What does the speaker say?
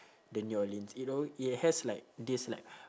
the new orleans it alwa~ it has like this like